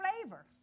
flavor